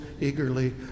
eagerly